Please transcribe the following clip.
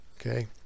Okay